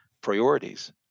priorities